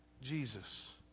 Jesus